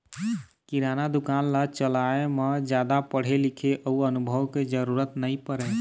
किराना दुकान ल चलाए म जादा पढ़े लिखे अउ अनुभव के जरूरत नइ परय